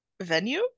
venue